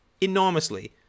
enormously